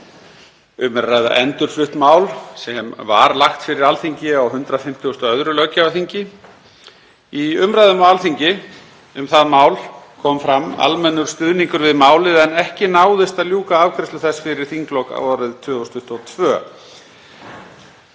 ræða endurflutt mál sem lagt var fyrir Alþingi á 152. löggjafarþingi. Í umræðum á Alþingi um það mál kom fram almennur stuðningur við málið en ekki náðist að ljúka afgreiðslu þess fyrir þinglok vorið 2022.